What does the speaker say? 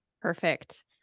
Perfect